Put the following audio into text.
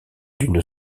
d’une